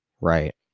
Right